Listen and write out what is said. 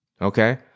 Okay